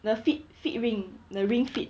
the fit fit ring the ring fit